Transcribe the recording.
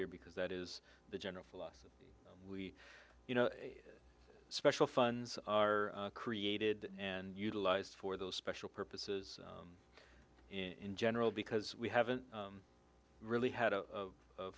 year because that is the general philosophy we you know special funds are created and utilized for those special purposes in general because we haven't really had a